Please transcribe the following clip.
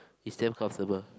it's damn comfortable